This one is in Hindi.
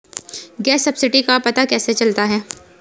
गैस सब्सिडी का पता कैसे चलता है?